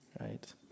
right